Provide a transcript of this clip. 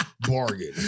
bargain